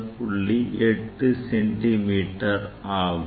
8 centimetre ஆகும்